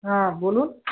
হ্যাঁ বলুন